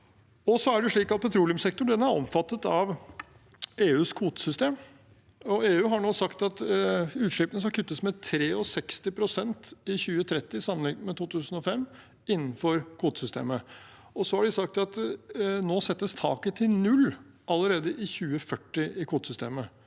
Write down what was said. Petroleumssektoren er omfattet av EUs kvotesystem, og EU har nå sagt at utslippene skal kuttes med 63 pst. i 2030 sammenlignet med 2005, innenfor kvotesystemet. Vi har sagt at nå settes taket til null allerede i 2040, i kvotesystemet.